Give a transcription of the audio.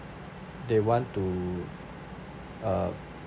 they want to uh